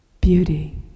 Beauty